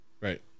Right